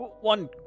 One